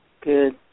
Good